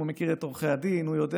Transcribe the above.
הוא מכיר את עורכי הדין,